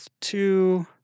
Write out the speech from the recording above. two